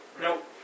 Nope